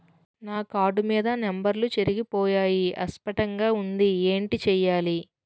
నా కార్డ్ మీద నంబర్లు చెరిగిపోయాయి అస్పష్టంగా వుంది ఏంటి చేయాలి?